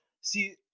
see